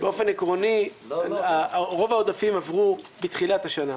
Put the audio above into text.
באופן עקרוני, רוב העודפים עברו בתחילת השנה.